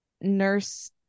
nurse